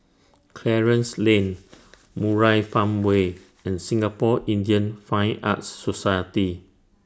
Clarence Lan Murai Farmway and Singapore Indian Fine Arts Society